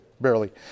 barely